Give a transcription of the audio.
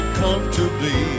comfortably